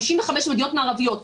55 מדינות מערביות,